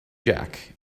jack